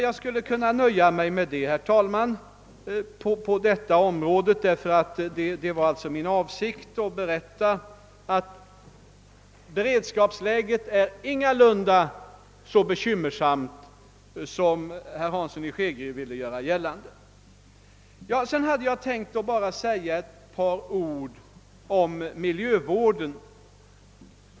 Jag skulle kunna nöja mig med vad jag nu har sagt, herr talman. Det var nämligen min avsikt att tala om för kammarens ledamöter att beredskapsläget ingalunda är så bekymmersamt som herr Hansson i Skegrie ville göra gällande. Emellertid vill jag också säga några ord om miljövården.